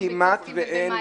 (יו"ר ועדת המדע והטכנולוגיה): כמעט ואין.